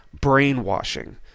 brainwashing